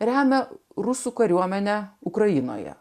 remia rusų kariuomenę ukrainoje